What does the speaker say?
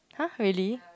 !huh! really